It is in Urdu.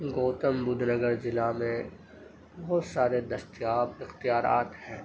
گوتم بدھ نگر ضلع میں بہت سارے دستیاب اختیارات ہیں